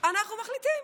אנחנו מחליטים.